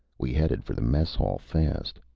we headed for the mess hall, fast.